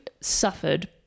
suffered